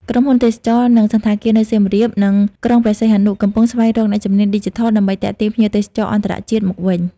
ក្រុមហ៊ុនទេសចរណ៍ និងសណ្ឋាគារនៅសៀមរាប និងក្រុងព្រះសីហនុ កំពុងស្វែងរកអ្នកជំនាញឌីជីថលដើម្បីទាក់ទាញភ្ញៀវទេសចរអន្តរជាតិមកវិញ។